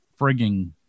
frigging